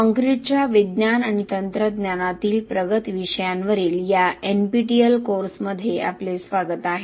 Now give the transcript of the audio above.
काँक्रीटच्या विज्ञान आणि तंत्रज्ञानातील प्रगत विषयांवरील या NPTEL कोर्समध्ये आपले स्वागत आहे